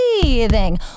breathing